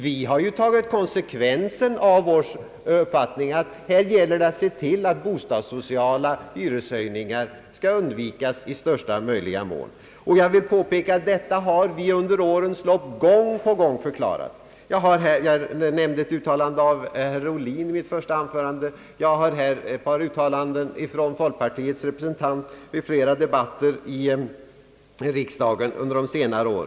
Vi har tagit konsekvensen av vår uppfattning att det gäller att se till att bostadssocialt orimliga hyreshöjningar kan undvikas i största möjliga mån. Denna uppfattning har vi under årens lopp gång på gång uttalat. Jag nämnde i mitt första anförande ett anförande av herr Ohlin. Jag har här ett par uttalanden av en av folkpartiets representanter i flera debatter i riksdagen under senare år.